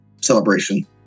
celebration